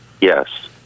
yes